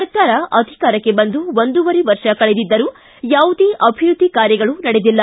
ಸರ್ಕಾರ ಅಧಿಕಾರಕ್ಕೆ ಬಂದು ಒಂದೂವರೆ ವರ್ಷ ಕಳೆದಿದ್ದರೂ ಯಾವುದೇ ಅಭಿವೃದ್ದಿ ಕಾರ್ಯಗಳು ನಡೆದಿಲ್ಲ